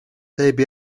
baby